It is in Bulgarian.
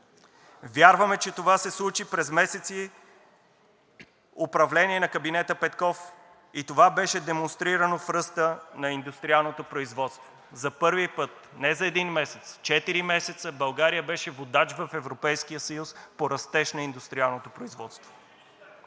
Вярваме, че това се случи през месеците управление на кабинета Петков и това беше демонстрирано в ръста на индустриалното производство – за първи път, не за един месец, четири месеца България беше водач в Европейския съюз по растеж на индустриалното производство.